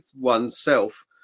oneself